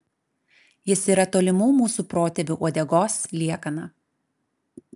jis yra tolimų mūsų protėvių uodegos liekana